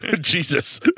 Jesus